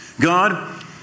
God